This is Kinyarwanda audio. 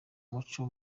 muco